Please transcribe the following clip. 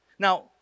Now